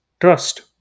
Trust